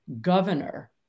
governor